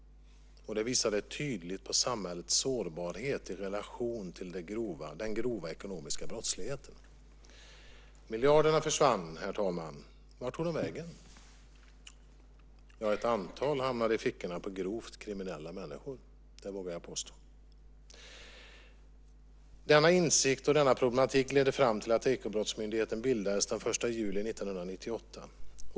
Det visade tydligt på samhällets sårbarhet i relation till den grova ekonomiska brottsligheten. Miljarderna försvann, herr talman. Vart tog de vägen? Ett antal hamnade i fickorna hos grovt kriminella människor; det vågar jag påstå. Denna insikt och denna problematik ledde fram till att Ekobrottsmyndigheten bildades den 1 juli 1998.